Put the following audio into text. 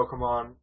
Pokemon